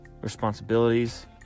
responsibilities